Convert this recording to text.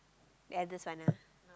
ya this one